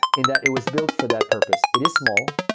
and that it was built for that purpose. it is small.